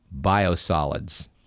biosolids